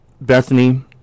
Bethany